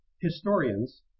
historians